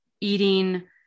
eating